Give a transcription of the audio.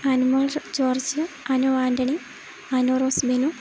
Anumol George Anu Antony Anu റോസ്മിനു